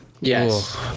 Yes